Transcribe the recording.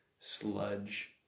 sludge